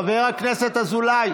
החמאס, חבר הכנסת אזולאי,